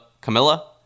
Camilla